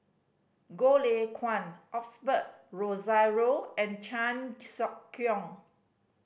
Goh Lay Kuan Osbert Rozario and Chan Sek Keong